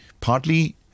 partly